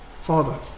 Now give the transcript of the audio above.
Father